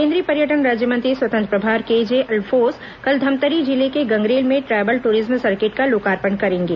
केन्द्रीय पर्यटन राज्यमंत्री स्वतंत्र प्रभार केजे अल्फोंस कल धमतरी जिले के गंगरेल में ट्रायबल ट्रिज्म सर्किट का लोकार्पण करेंगे